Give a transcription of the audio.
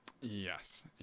yes